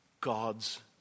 God's